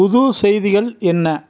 புது செய்திகள் என்ன